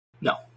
No